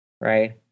right